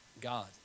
God